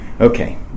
Okay